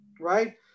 Right